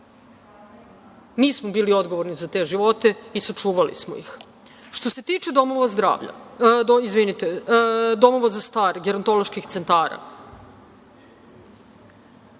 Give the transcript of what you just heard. Mi smo bili odgovorni za te živote i sačuvali smo ih. Što se tiče domova za stare, gerontoloških centara,